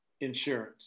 insurance